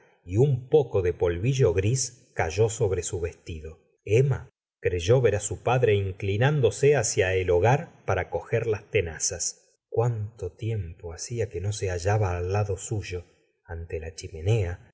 y un poco de polvillo gris cayó sobre su vestido emma creyó ver su padre inclinándose hacia el hogar para coger las tenazas cuánto tiempo hacia que no se hallaba al lado suyo ante la chimenea